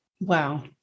Wow